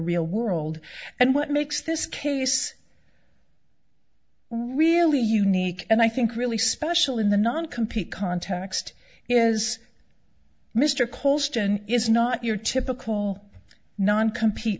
real world and what makes this case really unique and i think really special in the non compete context is mr colston is not your typical non compet